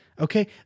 Okay